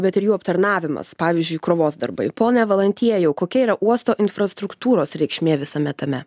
bet ir jų aptarnavimas pavyzdžiui krovos darbai pone valantiejau kokia yra uosto infrastruktūros reikšmė visame tame